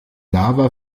lava